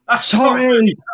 Sorry